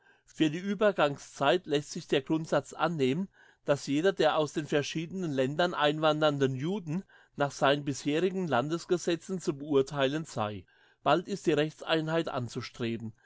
für die uebergangszeit lässt sich der grundsatz annehmen dass jeder der aus den verschiedenen ländern einwandernden juden nach seinen bisherigen landesgesetzen zu beurtheilen sei bald ist die rechtseinheit anzustreben